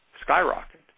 skyrocket